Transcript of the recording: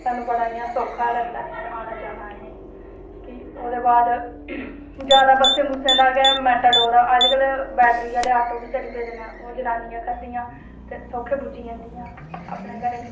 ते सानूं बड़ा सौखा लगदा ऐ आना जाना हून ओह्दे बाद जादै बस्सें दा गै मेटाडोर अज्जकल बैट आह्ले ऑटो बी चली पेदे न ओह् जनानियां करदियांते सौखे परुज्जी जंदियां अपने घरें ई